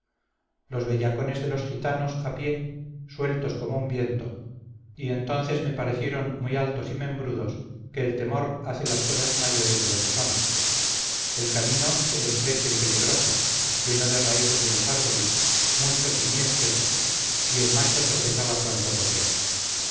los bellacones de los gitanos a pie sueltos como un viento y entonces me parecieron muy altos y membrudos que el temor hace las cosas mayores de lo que son el camino es estrecho y peligroso lleno de raíces de los árboles muchos y muy espesos y el macho tropezaba cuanto podía